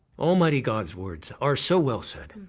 almighty god's words are so well said.